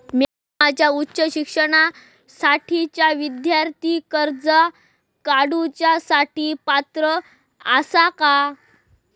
म्या माझ्या उच्च शिक्षणासाठीच्या विद्यार्थी कर्जा काडुच्या साठी पात्र आसा का?